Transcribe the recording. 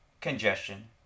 congestion